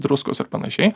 druskos ir panašiai